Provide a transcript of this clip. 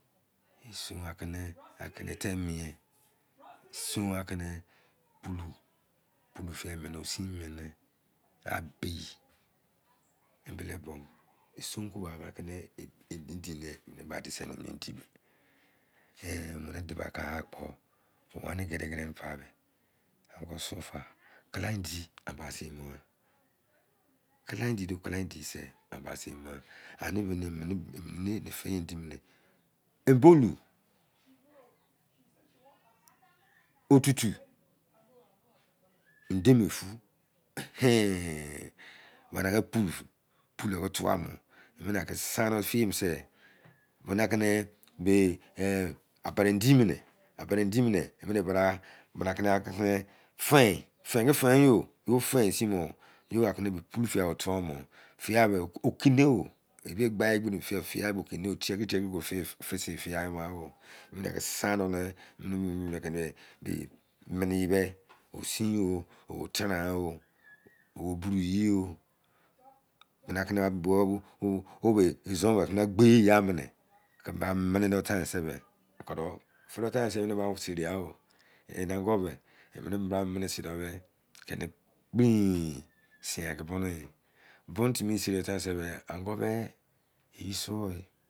Isoun aki ni akenete mien. Isoun aki ni osun meni. A bei! Embele buo mo. Isoun ki neni endi i mini ba dise nimi endi. Omini duba kagha kpo, o ani gene gene pa be, ango o suo fa. Kala endi, amba seimogha. Kala endi duo mu kala endii se, amba seimogha. Ani bibi ni imini be fii endi mini, mbonu, otutu, demefu. Ehen. pulou aki tuaa bo, bona kini a bere endi mini, emini bra fein. Fein ki fein yo. Yo fein sin bo yo oakina pulou-fiyai ba tua mo. Fiyaimo. Okine o. Tie ti tie kiri a fisin yi fiyai o. Emini aki san do ni, ba meni eyi be, osin yo, o teran o, o bru yi yo. Efi do tain se, emini ba serigha o. Enango be, emini ba meni sin do be, i mini keni gbein. Sinyai ki bunu yi. Bunu timi seri do tain se be ango be, eyi suo yi.